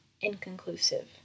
Inconclusive